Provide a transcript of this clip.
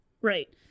Right